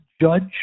judge